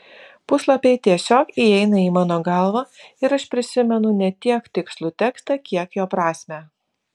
puslapiai tiesiog įeina į mano galvą ir aš prisimenu ne tiek tikslų tekstą kiek jo prasmę